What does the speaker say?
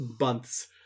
months